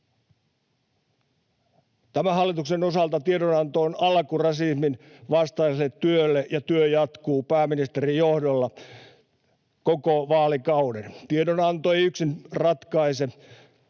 Tämän hallituksen osalta tiedonanto on alku rasismin vastaiselle työlle, ja työ jatkuu pääministerin johdolla koko vaalikauden. Tiedonanto ei yksin ratkaise